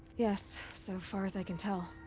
yes, so far as i can tell.